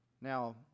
Now